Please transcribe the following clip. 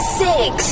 six